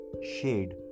shade